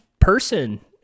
person